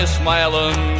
smiling